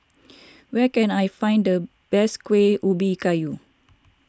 where can I find the best Kueh Ubi Kayu